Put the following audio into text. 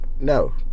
no